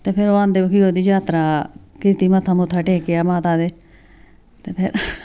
ते फिर ओह् आंदे बाकी ओह्दी जात्तरा कीती मत्था मुत्था टेकेआ माता दे ते फिर